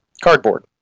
cardboard